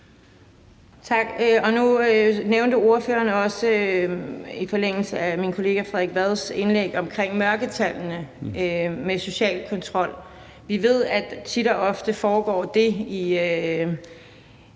Tak. Nu nævnte ordføreren også i forlængelse af min kollega Frederik Vads indlæg det med mørketallene og social kontrol. Vi ved, at det tit og ofte foregår nogle